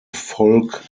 folk